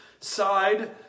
side